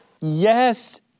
Yes